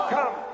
Come